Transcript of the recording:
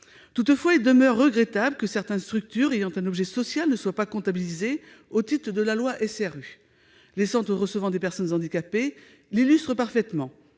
rien ! Il demeure regrettable que certaines structures ayant un objet social ne soient pas comptabilisées au titre de la loi SRU. Les centres recevant des personnes handicapées l'illustrent parfaitement.